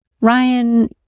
Ryan